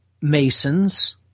Masons